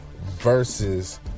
versus